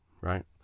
right